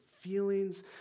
feelings